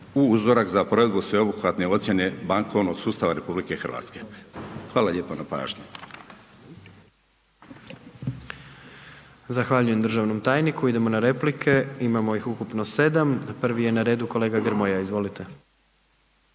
u uzorak za provedbu sveobuhvatne ocijene bankovnog sustava RH. Hvala lijepo na pažnji. **Jandroković, Gordan (HDZ)** Zahvaljujem državnom tajniku, idemo na replike, imamo ih ukupno 7, prvi je na redu kolega Grmoja, izvolite.